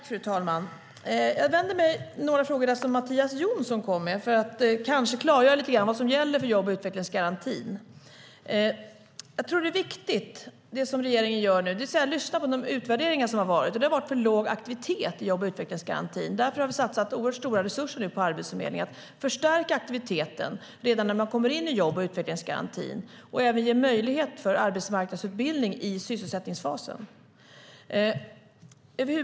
Fru talman! Jag vänder mig till Mattias Jonsson eftersom han kom med några frågor, för att kanske klargöra lite grann vad som gäller för jobb och utvecklingsgarantin. Jag tror att det som regeringen nu gör är viktigt, det vill säga att se på de utvärderingar som har gjorts. Det har varit för låg aktivitet i jobb och utvecklingsgarantin, och därför har vi nu satsat oerhört stora resurser på Arbetsförmedlingen. Man ska förstärka aktiviteten redan när människor kommer in i jobb och utvecklingsgarantin och även ge möjlighet till arbetsmarknadsutbildning i sysselsättningsfasen.